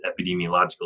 epidemiological